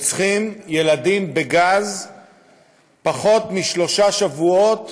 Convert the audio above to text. רוצחים ילדים בגז פחות משלושה שבועות